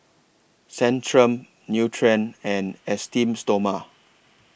Centrum Nutren and Esteem Stoma